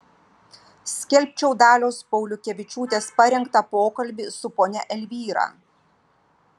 skelbčiau dalios pauliukevičiūtės parengtą pokalbį su ponia elvyra